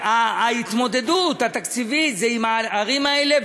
וההתמודדות התקציבית זה עם הערים האלה,